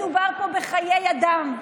מדובר פה בחיי אדם.